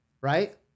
right